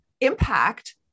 impact